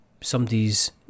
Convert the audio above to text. somebody's